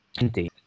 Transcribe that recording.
Indeed